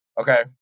Okay